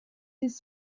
his